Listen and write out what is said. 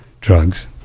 drugs